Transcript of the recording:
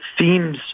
themes